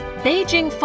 Beijing